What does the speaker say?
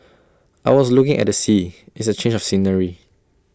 I was looking at the sea it's A change of scenery